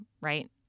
right